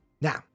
now